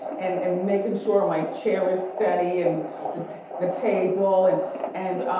and and makin' sure my chair is steady. and i try. and the table. and and